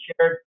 shared